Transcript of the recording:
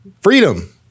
Freedom